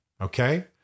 Okay